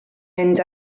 mynd